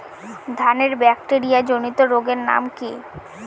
ধানের ব্যাকটেরিয়া জনিত রোগের নাম কি?